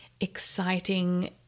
exciting